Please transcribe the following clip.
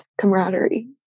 camaraderie